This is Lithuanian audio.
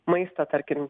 maistą tarkim